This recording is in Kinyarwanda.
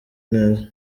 neza